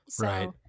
Right